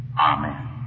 Amen